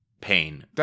pain